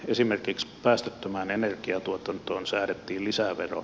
esimerkiksi päästöttömään energiantuotantoon säädettiin lisävero